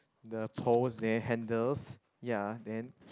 the poles their handles ya then